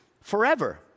forever